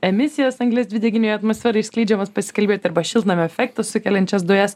emisijas anglies dvideginio į atmosferą išskleidžiamas paskelbėt arba šiltnamio efektą sukeliančias dujas